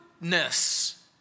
goodness